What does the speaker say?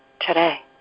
today